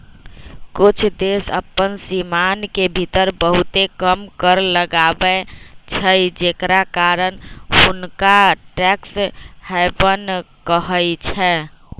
कुछ देश अप्पन सीमान के भीतर बहुते कम कर लगाबै छइ जेकरा कारण हुंनका टैक्स हैवन कहइ छै